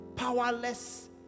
Powerless